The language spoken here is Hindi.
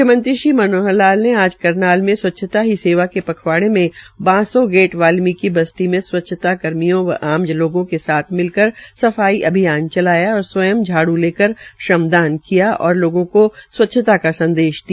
मुख्यमंत्री मनोहर लाल ने आज करनाल में स्वच्छता ही सेवा के पखवाड़े को लेकर स्थानीय बांसो गेट वाल्मीकि बस्ती में स्वच्छता कर्मियों व आम लोगों के साथ मिलकर सफाई अभियान चलाया और स्वयं झाड़ लेकर श्रमदान किया तथा लोगो को स्वच्छता का संदेश दिया